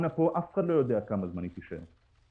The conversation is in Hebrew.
ואף אחד לא יודע כמה זמן הקורונה תישאר פה,